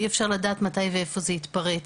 אי אפשר לדעת מתי ואיפה זה יתפרץ.